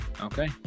okay